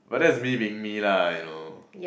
but that's me being me lah you know